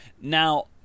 Now